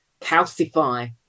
calcify